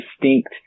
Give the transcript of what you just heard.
distinct